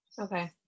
Okay